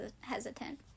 hesitant